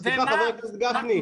חבר הכנסת גפני,